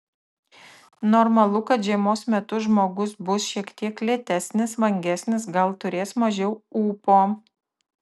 normalu kad žiemos metu žmogus bus šiek tiek lėtesnis vangesnis gal turės mažiau ūpo